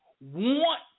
want